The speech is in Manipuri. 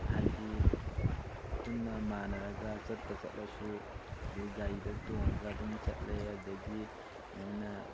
ꯍꯥꯏꯗꯤ ꯄꯨꯟꯅ ꯃꯥꯟꯅꯔꯒ ꯆꯠꯇ ꯆꯠꯂꯁꯨ ꯑꯗꯒꯤ ꯒꯥꯔꯤꯗ ꯇꯣꯡꯉꯒ ꯑꯗꯨꯝ ꯆꯠꯂꯦ ꯑꯗꯒꯤ ꯃꯣꯏꯅ